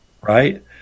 right